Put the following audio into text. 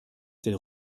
der